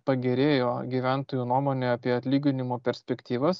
pagerėjo gyventojų nuomonė apie atlyginimų perspektyvas